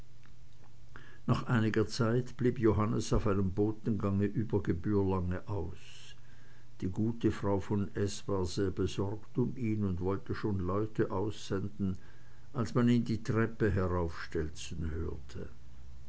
nach einiger zeit blieb johannes auf einem botengange über gebühr lange aus die gute frau von s war sehr besorgt um ihn und wollte schon leute aussenden als man ihn die treppe heraufstelzen hörte